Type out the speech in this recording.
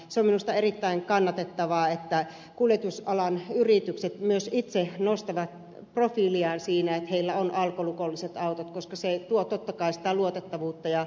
se on minusta erittäin kannatettavaa että kuljetusalan yritykset myös itse nostavat profiiliaan siinä että niillä on alkolukolliset autot koska se tuo totta kai sitä luotettavuutta ja